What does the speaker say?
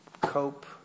cope